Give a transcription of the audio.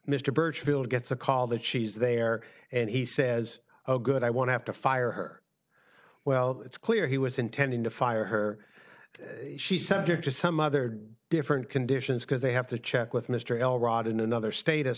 mr burchfield gets a call that she's there and he says oh good i want to have to fire her well it's clear he was intending to fire her she said you're just some other different conditions because they have to check with mr l rod in another state as